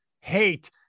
hate